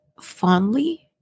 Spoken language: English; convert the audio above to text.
fondly